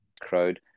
crowd